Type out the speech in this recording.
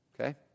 Okay